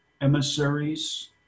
Emissaries